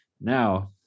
now